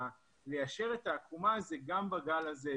ליישר את העקומה זה גם בגל הזה,